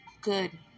good